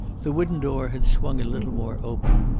the wooden door had swung a little more open.